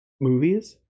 movies